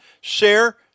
Share